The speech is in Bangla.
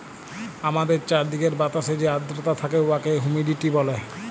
আমাদের চাইরদিকের বাতাসে যে আদ্রতা থ্যাকে উয়াকে হুমিডিটি ব্যলে